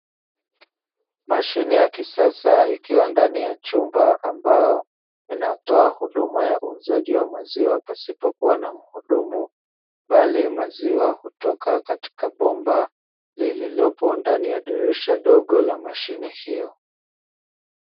Mashine ya kisasa ikiwa ndani ya chumba ambayo inatoa huduma ya uuzaji wa maziwa pasipo kua na muhudumu, bali maziwa hutoka katika bomba lililopo ndani ya dirisha dogo la mashine hiyo.